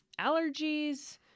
allergies